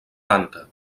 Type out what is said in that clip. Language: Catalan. tanca